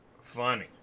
funny